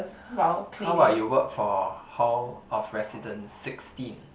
how how about you work for hall of residence sixteen